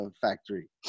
Factory